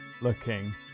looking